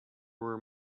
were